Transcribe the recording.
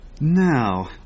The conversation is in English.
Now